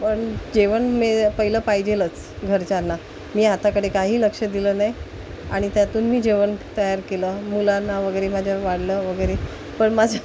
पण जेवण मे पहिलं पाहिजेच घरच्यांना मी हाताकडे काही लक्ष दिलं नाही आणि त्यातून मी जेवण तयार केलं मुलांना वगैरे माझ्या वाढलं वगैरे पण माझं